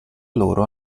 loro